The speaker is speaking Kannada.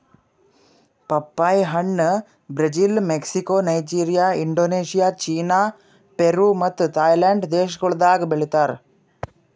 ಪಪ್ಪಾಯಿ ಹಣ್ಣ್ Brazil, Mexico, Nigeria, Indonesia, China, Peru ಮತ್ತ ಥೈಲ್ಯಾಂಡ್ ದೇಶಗೊಳ್ದಾಗ್ ಬೆಳಿತಾರ್